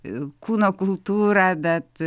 kūno kultūrą bet